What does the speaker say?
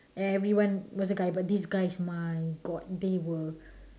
everyone was a guy but these guys my god they were